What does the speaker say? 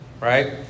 right